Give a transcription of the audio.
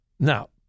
Now